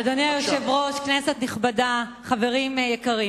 אדוני היושב-ראש, כנסת נכבדה, חברים יקרים,